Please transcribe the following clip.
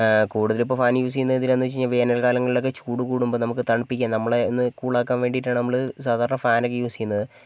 കൂടുതലിപ്പോൾ fan use ചെയ്യുന്നത് എന്തിനാണെന്ന് വച്ച് കഴിഞ്ഞാൽ വേനൽ കാലങ്ങളിലൊക്കെ ചൂട് കൂടുമ്പോൾ നമുക്ക് തണുപ്പിക്കാൻ നമ്മളെ ഒന്ന് കൂൾ ആക്കാൻ വേണ്ടിയിട്ടാണ് നമ്മൾ സാധാരണ ഫാൻ ഒക്കെ യൂസ് ചെയ്യുന്നത്